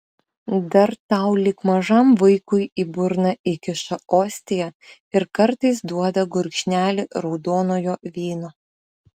dar tau lyg mažam vaikui į burną įkiša ostiją ir kartais duoda gurkšnelį raudonojo vyno